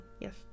yes